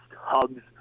hugs